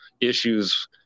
issues